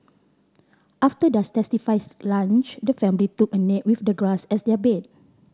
after their satisfying lunch the family took a nap with the grass as their bed